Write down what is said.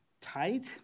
tight